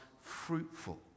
fruitful